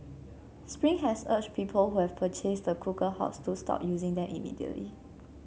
spring has urged people who have purchased the cooker hobs to stop using them immediately